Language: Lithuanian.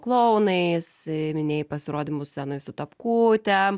klounais minėjai pasirodymus scenoj su tapkutėm